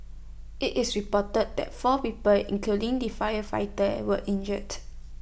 IT is reported that four people including the firefighter were injured